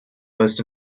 most